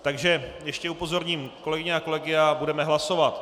Takže ještě upozorním kolegyně a kolegy, a budeme hlasovat.